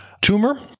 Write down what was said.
tumor